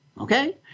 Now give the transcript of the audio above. Okay